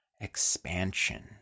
expansion